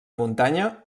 muntanya